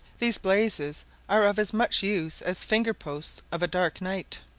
these blazes are of as much use as finger posts of a dark night.